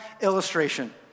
illustration